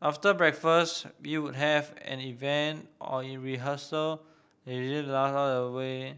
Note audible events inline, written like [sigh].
after breakfast we would have an event or rehearsal [unintelligible] the way